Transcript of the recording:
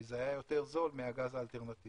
כי זה היה יותר זול מהגז האלטרנטיבי.